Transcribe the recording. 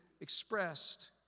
expressed